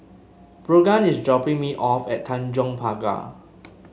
Brogan is dropping me off at Tanjong Pagar